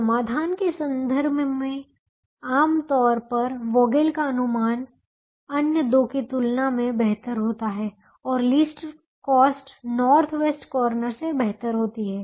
समाधान के संदर्भ में आमतौर पर वोगेल का अनुमान अन्य दो की तुलना में बेहतर होता है और least cost north west corner से बेहतर होती है